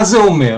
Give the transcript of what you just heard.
מה זה אומר?